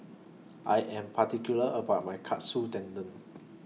I Am particular about My Katsu Tendon